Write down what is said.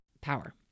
power